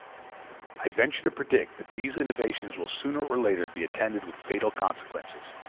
i venture to predict that these innovations will sooner or later be attended with fatal consequences,